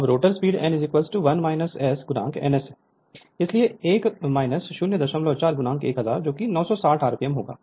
अब rotor speed n 1 S n S इसलिए 1 004 1000 960 rpm होगा